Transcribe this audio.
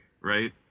right